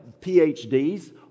PhDs